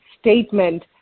statement